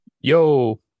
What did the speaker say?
Yo